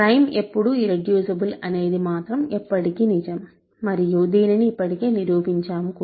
prime ఎప్పుడూ irreducible అనేది మాత్రం ఎప్పటికీ నిజం మరియు దీనిని ఇప్పటికే నిరూపించాము కూడా